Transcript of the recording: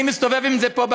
אני מסתובב עם זה בכיס